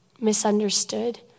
misunderstood